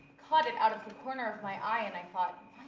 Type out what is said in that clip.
caught it out of the corner of my eye, and i thought,